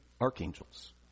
archangels